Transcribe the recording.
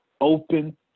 open